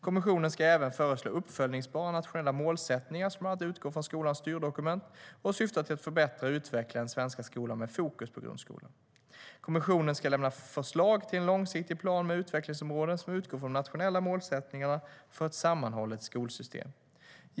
Kommissionen ska även föreslå uppföljningsbara nationella målsättningar som bland annat utgår från skolans styrdokument och syftar till att förbättra och utveckla den svenska skolan med fokus på grundskolan. Kommissionen ska lämna förslag till en långsiktig plan med utvecklingsområden som utgår från de nationella målsättningarna för ett sammanhållet skolsystem.